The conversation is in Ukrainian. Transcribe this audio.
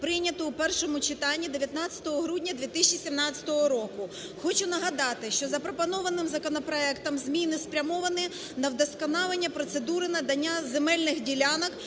прийнято в першому читанні 19 грудня 2017 року. Хочу нагадати, що запропонованим законопроектом зміни спрямовані на вдосконалення процедури надання земельних ділянок